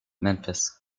memphis